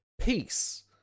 Peace